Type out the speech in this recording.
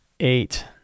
eight